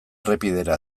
errepidera